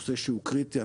נושא שהוא קריטי.